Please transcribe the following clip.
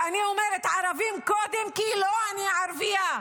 ואני אומרת, ערבים קודם, לא כי אני ערבייה,